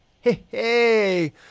Hey